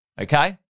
Okay